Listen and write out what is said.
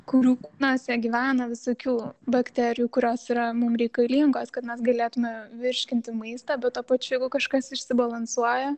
kurių kūnuose gyvena visokių bakterijų kurios yra mum reikalingos kad mes galėtume virškinti maistą bet tuo pačiu jeigu kažkas išsibalansuoja